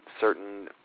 certain